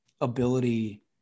ability